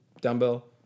Dumbbell